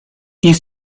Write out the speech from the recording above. nic